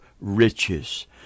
riches